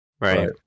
Right